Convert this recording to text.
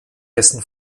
dessen